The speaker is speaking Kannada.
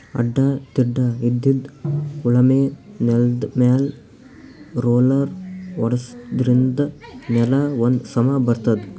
ಅಡ್ಡಾ ತಿಡ್ಡಾಇದ್ದಿದ್ ಉಳಮೆ ನೆಲ್ದಮ್ಯಾಲ್ ರೊಲ್ಲರ್ ಓಡ್ಸಾದ್ರಿನ್ದ ನೆಲಾ ಒಂದ್ ಸಮಾ ಬರ್ತದ್